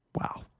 Wow